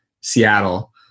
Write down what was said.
Seattle